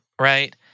right